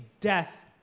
death